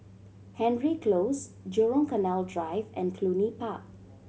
Hendry Close Jurong Canal Drive and Cluny Park